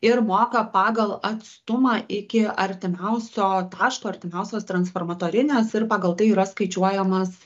ir moka pagal atstumą iki artimiausio taško artimiausios transformatorinės ir pagal tai yra skaičiuojamas